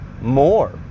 more